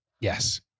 Yes